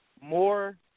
more